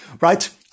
Right